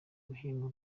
guhinga